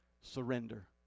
surrender